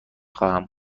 خواهم